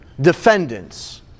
defendants